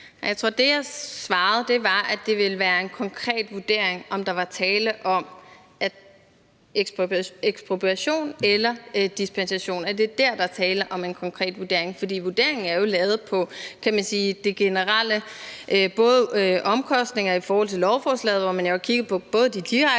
Jeg tror, at det, jeg svarede, var, at det ville være en konkret vurdering, om der var tale om ekspropriation eller dispensation. Det er der, der er tale om en konkret vurdering. For vurderingen er jo lavet på det generelle, altså omkostninger i forhold til lovforslaget, hvor man har kigget på både de direkte